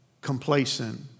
complacent